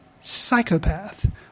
psychopath